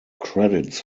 credits